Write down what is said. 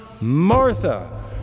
Martha